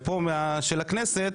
אבל כשפונים אליכם מהכנסת,